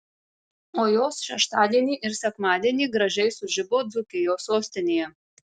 o jos šeštadienį ir sekmadienį gražiai sužibo dzūkijos sostinėje